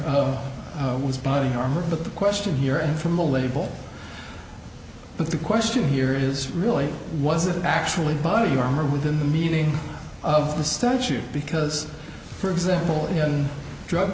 was body armor but the question here and from the label but the question here is really was it actually body armor within the meaning of the statute because for example in drug